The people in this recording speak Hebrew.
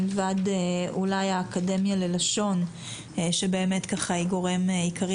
מלבד אולי האקדמיה ללשון שהיא גורם עיקרי,